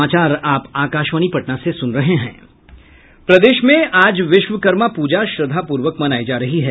प्रदेश में आज विश्वकर्मा पूजा श्रद्वापूर्वक मनायी जा रही है